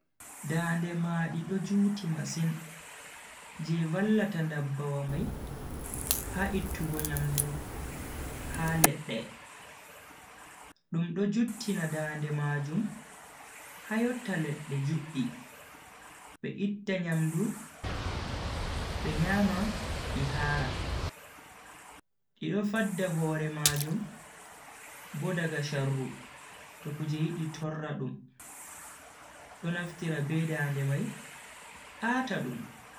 Dande madi do juuti masin je vallata ndabbawa mai ha ittugo nyamdu ha ledde. dum do juttina dande majum ha yotta ledde juddi be itta nyamdu be nyama di hara. di do fadda hore majum Bo daga sharru to kuje yidi torradum do naftira be dande mai 'ata dum.